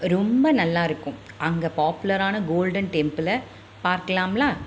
ரொம்ப நல்லா இருக்கும் அங்கே பாப்புலரான கோல்டன் டெம்பிளை பார்க்கலாம்லா